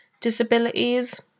disabilities